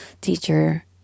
teacher